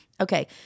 okay